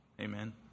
Amen